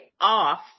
Off